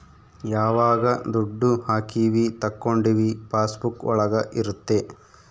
ಯಾವಾಗ ದುಡ್ಡು ಹಾಕೀವಿ ತಕ್ಕೊಂಡಿವಿ ಪಾಸ್ ಬುಕ್ ಒಳಗ ಇರುತ್ತೆ